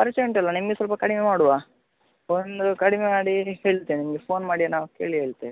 ಪರಿಚಯ ಉಂಟಲ್ಲ ನಿಮಗೆ ಸ್ವಲ್ಪ ಕಡಿಮೆ ಮಾಡುವ ಒಂದು ಕಡಿಮೆ ಮಾಡಿ ಹೇಳ್ತೇನೆ ನಿಮಗೆ ಫೋನ್ ಮಾಡಿ ನಾವು ಕೇಳಿ ಹೇಳ್ತೇವೆ